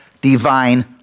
divine